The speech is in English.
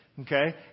Okay